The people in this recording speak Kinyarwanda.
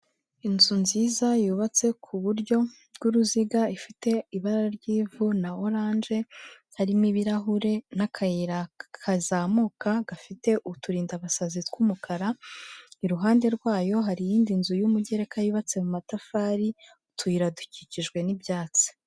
Inzu nziza yubatse ku buryo bw'uruziga ifite ibara ry'ivu na oranje, harimo ibirahure n'akayira kazamuka gafite uturindabasazi tw'umukara, iruhande rwayo hari iyindi nzu y'umugereka yubatse mu matafari, utuyira dukikijwe n'ibyatsi.